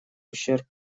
ущерб